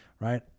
right